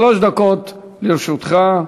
שלוש דקות לרשותך.